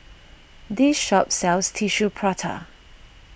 this shop sells Tissue Prata